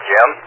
Jim